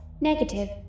Negative